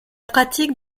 pratique